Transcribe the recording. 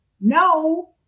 no